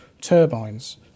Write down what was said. turbines